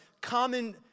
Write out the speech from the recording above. common